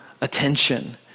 attention